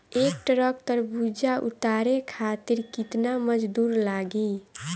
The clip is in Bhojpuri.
एक ट्रक तरबूजा उतारे खातीर कितना मजदुर लागी?